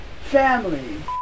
Family